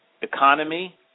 economy